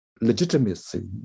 legitimacy